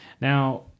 Now